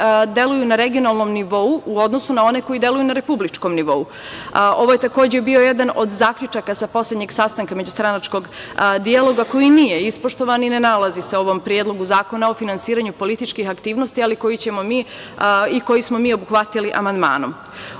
deluju na regionalnom nivou u odnosu na one koji deluju na republičkom nivou. Ovo je bio jedan od zaključaka sa poslednjeg sastanka međustranačkog dijaloga koji nije ispoštovan i ne nalazi se u ovom Predlogu zakona o finansiranju političkih aktivnosti, koji smo mi obuhvatili amandmanom.U